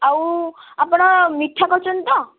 ଆଉ ଆପଣ ମିଠା କରୁଛନ୍ତି ତ